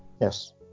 Yes